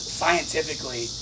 scientifically